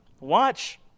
watch